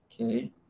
Okay